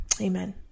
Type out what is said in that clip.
Amen